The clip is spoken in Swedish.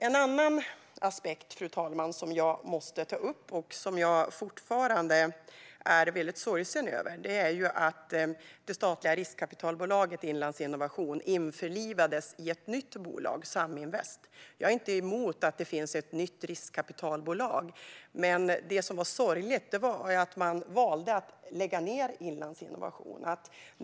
En annan aspekt, fru talman, som jag måste ta upp och som jag fortfarande är väldigt sorgsen över är att det statliga riskkapitalbolaget Inlandsinnovation införlivades i ett nytt bolag, Saminvest. Jag är inte emot att det finns ett nytt riskkapitalbolag, men det sorgliga var att man valde att lägga ned Inlandsinnovation.